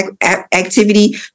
activity